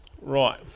Right